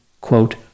quote